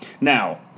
Now